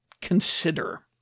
consider